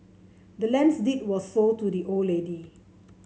the land's deed was sold to the old lady